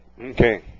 Okay